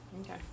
Okay